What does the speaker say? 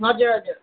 हजुर हजुर